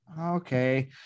Okay